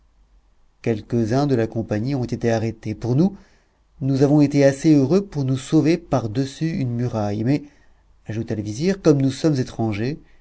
quelques-uns de la compagnie ont été arrêtés pour nous nous avons été assez heureux pour nous sauver par-dessus une muraille mais ajouta le vizir comme nous sommes étrangers